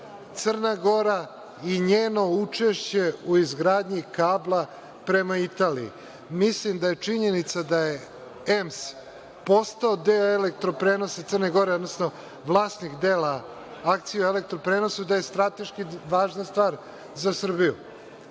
Crna Gora i njeno učešće u izgradnji kabla prema Italiji. Mislim da je činjenica da je EMS postao deo „Elektroprenosa Crne Gore“, odnosno vlasnik dela akcija u „Elektroprenosu“. To je strateški važna stvar za Srbiju.